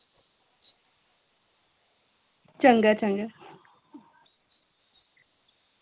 चंगा चंगा